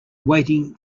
waiting